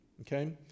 okay